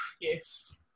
yes